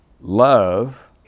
love